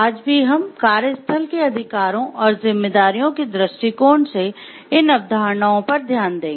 आज भी हम कार्यस्थल के अधिकारों और जिम्मेदारियों के दृष्टिकोण से इन अवधारणाओं पर ध्यान देंगे